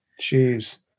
Jeez